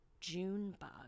Junebug